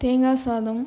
தேங்காய் சாதம்